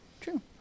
True